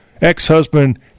ex-husband